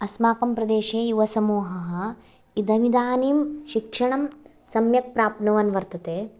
अस्माकं प्रदेशे युवसमूहः इदमिदानीं शिक्षणं सम्यक् प्रप्नुवन् वर्तते